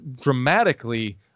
dramatically